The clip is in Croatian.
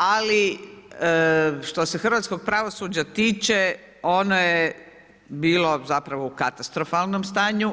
Ali što se hrvatskog pravosuđa tiče ono je bilo zapravo u katastrofalnom stanju,